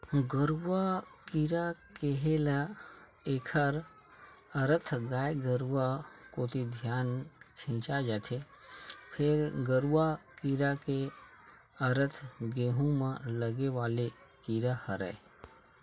गरुआ कीरा केहे ल एखर अरथ गाय गरुवा कोती धियान खिंचा जथे, फेर गरूआ कीरा के अरथ गहूँ म लगे वाले कीरा हरय